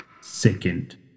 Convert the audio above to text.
second